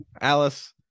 Alice